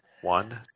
One